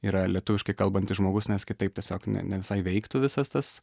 yra lietuviškai kalbantis žmogus nes kitaip tiesiog ne ne visai veiktų visas tas